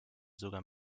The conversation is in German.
sogar